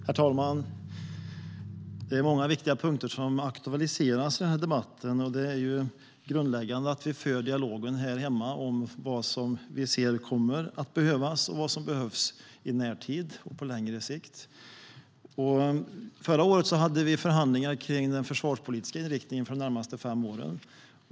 Herr talman! Det är många viktiga punkter som aktualiseras i den här debatten. Det grundläggande är att vi för dialogen här hemma om vad som kommer att behövas och vad som behövs i närtid och på längre sikt. Förra året hade vi förhandlingar om den försvarspolitiska inriktningen under de närmaste fem åren.